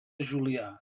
julià